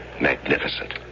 magnificent